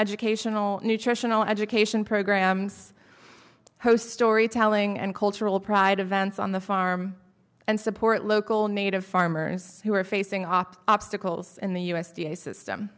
educational nutritional education programs host storytelling and cultural pride events on the farm and support local native farmers who are facing off obstacles in the u s d a system